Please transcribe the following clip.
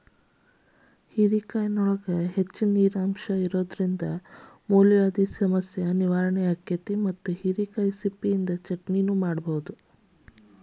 ಹೇರೆಕಾಯಾಗ ಹೆಚ್ಚಿನ ನೇರಿನಂಶ ಇರೋದ್ರಿಂದ ಮೂಲವ್ಯಾಧಿ ಸಮಸ್ಯೆ ನಿವಾರಣೆ ಆಕ್ಕೆತಿ, ಹಿರೇಕಾಯಿ ಸಿಪ್ಪಿನಿಂದ ಚಟ್ನಿ ಮಾಡಬೋದು